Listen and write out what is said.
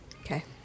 Okay